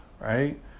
right